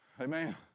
Amen